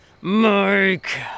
Mike